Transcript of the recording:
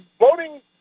voting